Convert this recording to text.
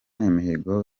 imihigo